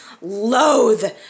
Loathe